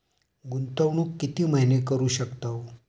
गुंतवणूक किती महिने करू शकतव?